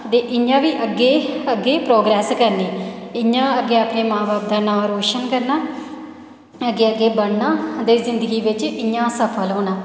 ते इं'या बी अग्गै अग्गै प्रोग्रेस करनी इं'या अपने मां बब्ब दा नांऽ रोशन करना अग्गै अग्गै बधना ते जिंदगी च इं'या गै सफल होना